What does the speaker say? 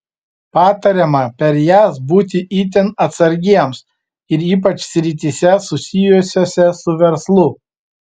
patariama per jas būti itin atsargiems ir ypač srityse susijusiose su verslu